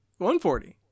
140